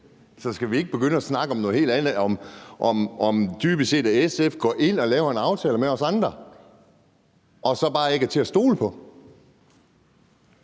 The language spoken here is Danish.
Så skal vi ikke begynde at snakke om noget helt andet? Vi kan snakke om, at SF går ind og laver en aftale med os andre, men så bare ikke er til at stole på,